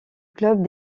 club